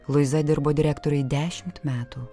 luiza dirbo direktoriui dešimt metų